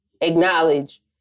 acknowledge